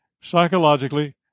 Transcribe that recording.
psychologically